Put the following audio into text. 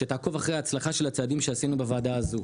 שתעקוב אחרי ההצלחה של הצעדים שעשינו בוועדה הזו.